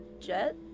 jet